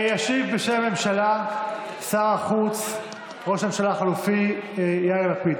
ישיב בשם הממשלה שר החוץ וראש הממשלה החלופי יאיר לפיד,